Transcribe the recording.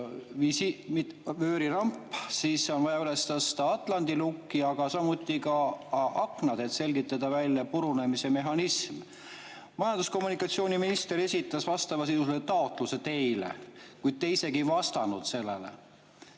vööriramp, siis on vaja üles tõsta atlandi lukk ja samuti aknad, et selgitada välja purunemise mehhanism. Majandus‑ ja kommunikatsiooniminister esitas vastavasisulise taotluse teile, kuid te isegi ei vastanud sellele.